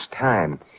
time